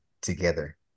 together